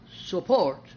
support